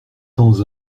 sans